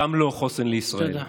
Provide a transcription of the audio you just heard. גם לא חוסן לישראל.